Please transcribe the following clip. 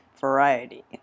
variety